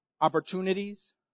Opportunities